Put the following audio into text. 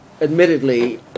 admittedly